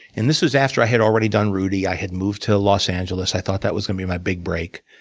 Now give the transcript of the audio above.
and this was after i had already done rudy. i had moved to los angeles. i thought that was gonna be my big break.